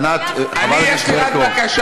ענת, חברת הכנסת ברקו,